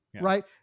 Right